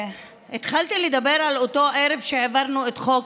התחלתי לדבר על אותו ערב שהעברנו את חוק